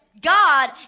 God